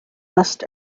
must